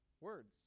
Words